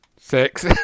Six